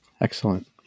Excellent